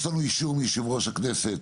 יש לנו אישור מיושב ראש הכנסת,